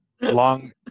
Long